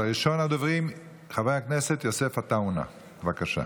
ראשון הדוברים, חבר הכנסת יוסף עטאונה, בבקשה.